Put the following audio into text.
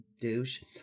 douche